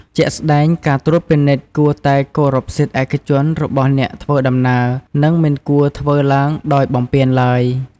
ជាក់ស្ដែងការត្រួតពិនិត្យគួរតែគោរពសិទ្ធិឯកជនរបស់អ្នកធ្វើដំណើរ និងមិនគួរធ្វើឡើងដោយបំពានឡើយ។